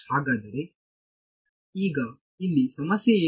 ಹಾಗಾದರೆ ಈಗ ಇಲ್ಲಿ ಸಮಸ್ಯೆ ಏನು